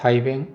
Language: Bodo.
थायबें